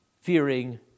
fearing